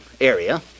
area